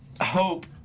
hope